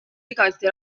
igati